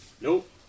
Nope